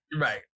Right